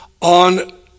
on